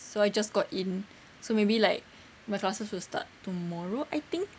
so I just got in so maybe like my classes will start tomorrow I think